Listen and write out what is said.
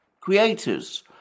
creators